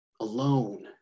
Alone